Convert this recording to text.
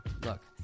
Look